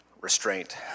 Restraint